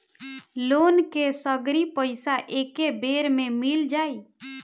Loan के सगरी पइसा एके बेर में मिल जाई?